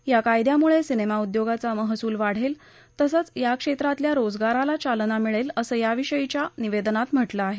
या कायदयामुळे सिनेमाउदयोगाचा महसूल वाढेल तसंच या क्षेत्रातल्या रोजगाराला चालना मिळेल असं या विषयीच्या निवेदनात म्हटलं आहे